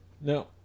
Now